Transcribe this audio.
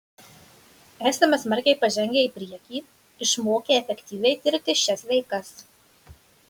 esame smarkiai pažengę į priekį išmokę efektyviai tirti šias veikas